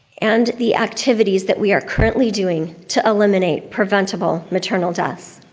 and the activities that we are currently doing to eliminate preventable maternal deaths.